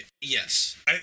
Yes